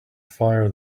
fire